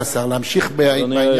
להמשיך בעניין שלך,